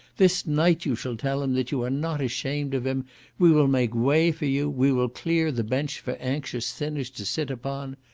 this night you shall tell him that you are not ashamed of him we will make way for you we will clear the bench for anxious sinners to sit upon.